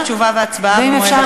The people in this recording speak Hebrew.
ואם אפשר,